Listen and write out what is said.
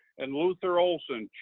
and luther olson,